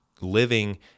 living